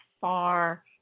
far